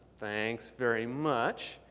thanks very much.